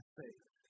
faith